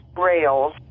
rails